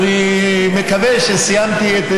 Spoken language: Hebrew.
אני מקווה שסיימתי את